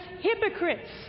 hypocrites